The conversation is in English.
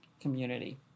community